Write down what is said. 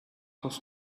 was